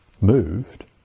moved